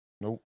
Nope